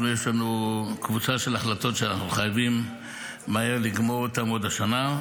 יש לנו קבוצה של החלטות שאנחנו חייבים לגמור אותן עוד השנה,